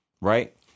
right